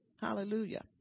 Hallelujah